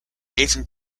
aging